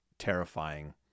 terrifying